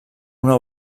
una